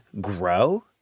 grow